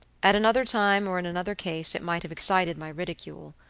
at another time, or in another case, it might have excited my ridicule.